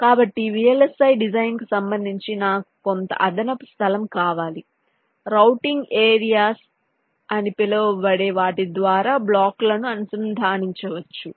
కాబట్టి VLSI design కు సంబంధించి నాకు కొంత అదనపు స్థలం కావాలి రౌటింగ్ ఏరియా లు అని పిలవబడే వాటి ద్వారా బ్లాక్లను అనుసంధానించవచ్చు